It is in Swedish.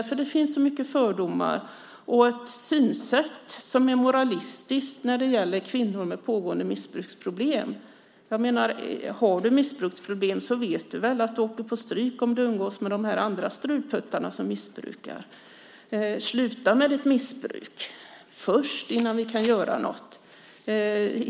För det finns så mycket fördomar och ett synsätt som är moralistiskt när det gäller kvinnor med pågående missbruksproblem: Om du har missbruksproblem vet du väl att du åker på stryk om du umgås med de andra strulputtarna som missbrukar. Sluta med ditt missbruk först innan vi kan göra något!